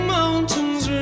mountains